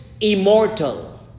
immortal